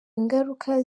ingaruka